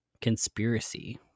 Conspiracy